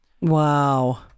Wow